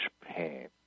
pain